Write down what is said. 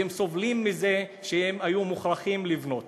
והם סובלים מזה שהם היו מוכרחים לבנות